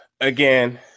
again